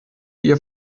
ihr